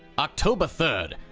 october third,